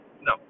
No